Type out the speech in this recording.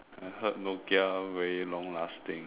I heard Nokia very long lasting